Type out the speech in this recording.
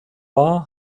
war